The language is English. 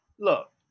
Look